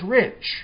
rich